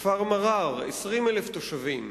בכפר מע'אר, 20,000 תושבים,